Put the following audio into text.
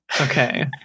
Okay